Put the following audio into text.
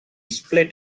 split